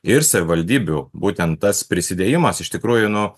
ir savivaldybių būtent tas prisidėjimas iš tikrųjų nu